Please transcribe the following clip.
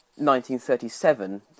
1937